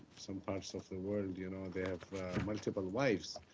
some parts of the world, you know they have multiple wives.